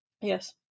Yes